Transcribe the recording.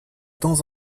temps